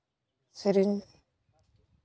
ᱥᱮᱨᱮᱧ